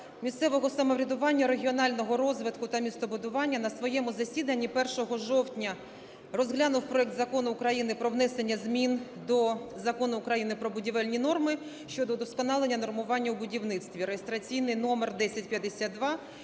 місцевого самоврядування, регіонального розвитку та містобудування на своєму засіданні 1 жовтня розглянув проект Закону України про внесення змін до Закону України "Про будівельні норми" щодо удосконалення нормування у будівництві (реєстраційний номер 1052),